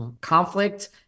conflict